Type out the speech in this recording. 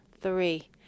Three